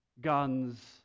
Guns